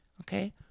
okay